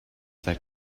that